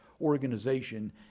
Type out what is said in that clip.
organization